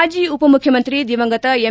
ಮಾಜಿ ಉಪಮುಖ್ಕಮಂತ್ರಿ ದಿವಂಗತ ಎಂ